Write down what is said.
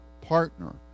partner